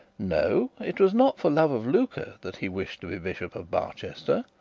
no it was not for love of lucre that he wished to be bishop of barchester.